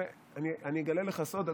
אני אגלה לך סוד,